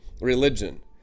religion